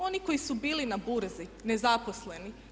Onih koji su bili na burzi, nezaposleni.